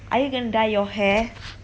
are you going to dye your hair